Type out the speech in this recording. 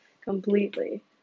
completely